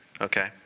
Okay